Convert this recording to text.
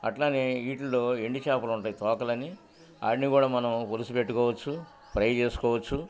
అట్లానే వీటిల్లో ఎండి చేాపలు ఉంటాయి తోకలని అన్ని కూడా మనం పరిసి పెట్టుకోవచ్చు ఫ్రై చేసుకోవచ్చు